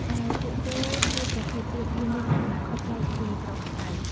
ឯពួកគោមួយប្រភេទទៀត វាមានលក្ខណៈខុសប្លែកពីប្រក្រតី។